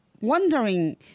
wondering